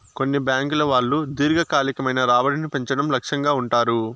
కొన్ని బ్యాంకుల వాళ్ళు దీర్ఘకాలికమైన రాబడిని పెంచడం లక్ష్యంగా ఉంటారు